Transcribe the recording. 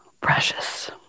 precious